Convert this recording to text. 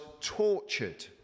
tortured